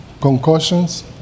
concussions